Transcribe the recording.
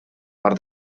per